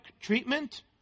treatment